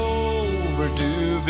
overdue